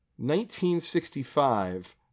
1965